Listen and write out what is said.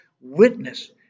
witness